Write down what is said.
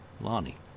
Lonnie